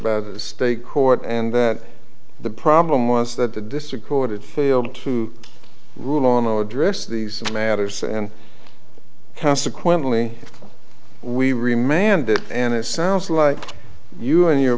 by the state court and that the problem was that the district court had failed to rule on i'll address these matters and consequently we re mandate and it sounds like you and your